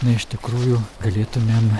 na iš tikrųjų galėtumėm